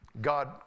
God